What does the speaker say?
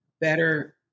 better